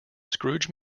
scrooge